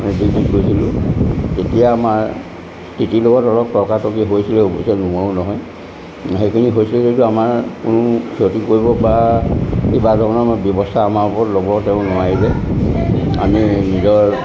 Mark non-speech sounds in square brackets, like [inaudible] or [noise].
[unintelligible] গৈছিলোঁ তেতিয়া আমাৰ টিটিৰ লগত অলপ তৰ্কা তৰ্কি হৈছিলেও অৱশ্যে নোহোৱাও নহয় সেইখিনি হৈছিলে যদিও আমাৰ কোনো ক্ষতি কৰিব পৰা [unintelligible] ব্যৱস্থা আমাৰ ওপৰত ল'ব তেওঁ নোৱাৰিলে আমি নিজৰ